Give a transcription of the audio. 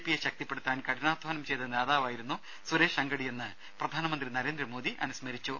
പിയെ ശക്തിപ്പെടുത്താൻ കഠിനാധ്വാനം ചെയ്ത നേതാവായിരുന്നു സുരേഷ് അംഗഡിയെന്ന് പ്രധാനമന്ത്രി നരേന്ദ്രമോദി അനുസ്മരിച്ചു